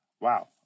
Wow